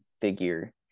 figure